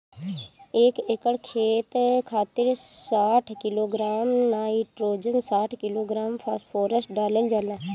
एक एकड़ खेत खातिर साठ किलोग्राम नाइट्रोजन साठ किलोग्राम फास्फोरस डालल जाला?